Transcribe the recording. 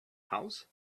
house